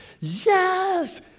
yes